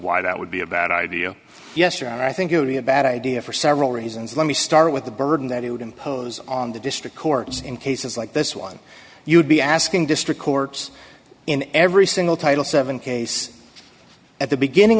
why that would be a bad idea yes or i think it would be a bad idea for several reasons let me start with the burden that it would impose on the district courts in cases like this one you'd be asking district courts in every single title seven case at the beginning